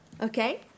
Okay